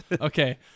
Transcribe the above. Okay